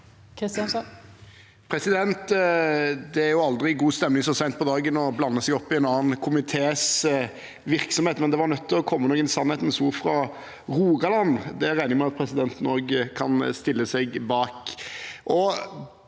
Det blir jo aldri god stemning av så sent på dagen å blande seg opp i en annen komités virksomhet, men det var nødt til å komme noen sannhetens ord fra Rogaland. Det regner jeg med at presidenten også kan stille seg bak.